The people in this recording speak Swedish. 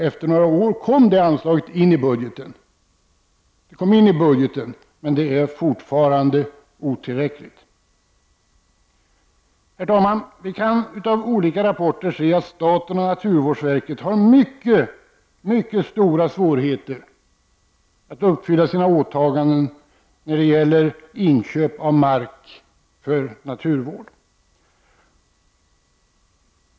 Efter några år togs det upp ett anslag i budgeten, men det är fortfarande otillräckligt. Vi kan av olika rapporter se att staten och naturvårdsverket har mycket stora svårigheter att uppfylla sina åtaganden när det gäller inköp av mark för naturvård.